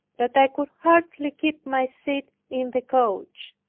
that i could hardly keep my seat in the coach.